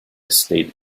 estate